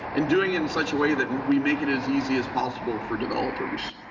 and doing it in such a way that we make it as easy as possible for developers.